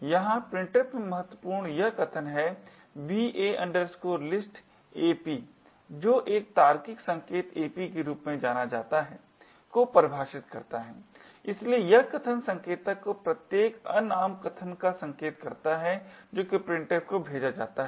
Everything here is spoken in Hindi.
यहाँ Printf में महत्वपूर्ण यह कथन है va list ap जो एक तार्किक संकेतक ap के रूप में जाना जाता है को परिभाषित करता है इसलिए यह कथन संकेतक को प्रत्येक अनाम कथन का संकेत करता है जो कि printf को भेजा जाता है